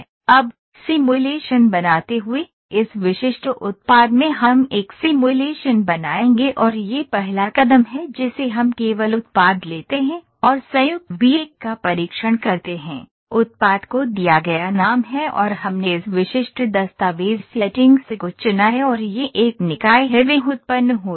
अब सिमुलेशन बनाते हुए इस विशिष्ट उत्पाद में हम एक सिमुलेशन बनाएंगे और यह पहला कदम है जिसे हम केवल उत्पाद लेते हैं और संयुक्त V 1 का परीक्षण करते हैं उत्पाद को दिया गया नाम है और हमने इस विशिष्ट दस्तावेज़ सेटिंग्स को चुना है और यह एक निकाय है वह उत्पन्न होता है